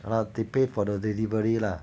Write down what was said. oh they pay for the delivery lah